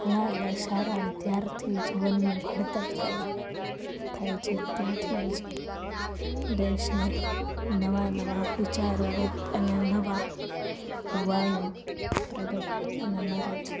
ઘણાં એવા સારા વિદ્યાર્થી જીવનનું ઘડતર થાય થાય છે ત્યાંથી જ દેશને નવા નવા વિચારો વ્યક્ત અને નવા યુવાનો પ્રગટ અને મળે છે